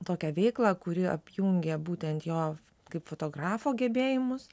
tokią veiklą kuri apjungia būtent jo kaip fotografo gebėjimus